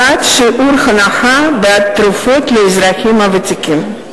העלאת שיעור ההנחה בעד תרופות לאזרחים ותיקים),